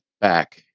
back